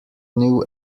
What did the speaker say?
new